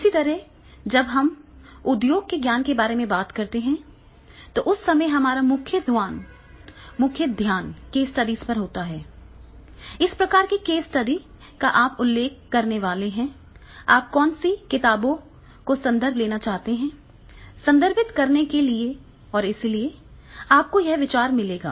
इसी तरह जब हम उद्योग के ज्ञान के बारे में बात करते हैं तो उस समय हमारा मुख्य ध्यान केस स्टडीज पर होता है इस प्रकार के केस स्टडी का आप उल्लेख करने वाले हैं आप कौन सी किताबों का संदर्भ लेना चाहते हैं संदर्भित करने के लिए और इसलिए आपको यह विचार मिलेगा